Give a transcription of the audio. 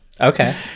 Okay